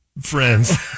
friends